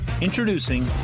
Introducing